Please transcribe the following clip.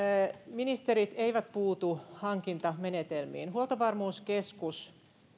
ministerit eivät puutu hankintamenetelmiin huoltovarmuuskeskus